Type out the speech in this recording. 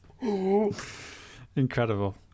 Incredible